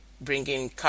Bringing